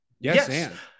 Yes